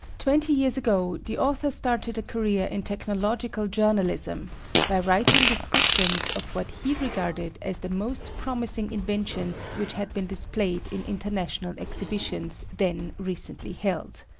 twenty years ago the author started a career in technological journalism by writing descriptions of what he regarded as the most promising inventions which had been displayed in international exhibitions then recently held.